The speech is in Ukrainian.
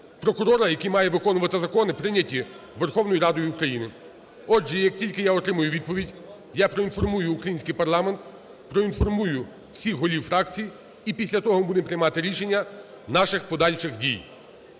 прокурора, який має виконувати закони, прийняті Верховною Радою України. Отже, як тільки я отримаю відповідь, я проінформую український парламент, проінформую всіх голів фракцій. І після того ми будемо приймати рішення наших подальших дій.